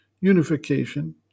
Unification